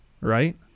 right